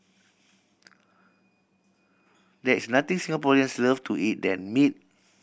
there is nothing Singaporeans love to eat than meat